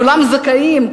כולם זכאים,